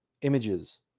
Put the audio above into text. images